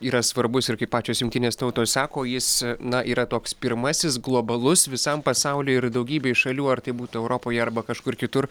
yra svarbus ir kaip pačios jungtinės tautos sako jis na yra toks pirmasis globalus visam pasauliui ir daugybei šalių ar tai būtų europoje arba kažkur kitur